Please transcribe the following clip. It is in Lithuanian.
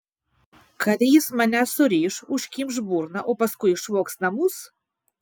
kad jis mane suriš užkimš burną o paskui išvogs namus